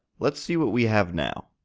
let's see what we have now.